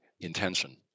intention